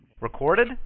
Recorded